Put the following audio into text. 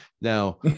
Now